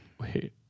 wait